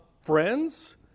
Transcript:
friends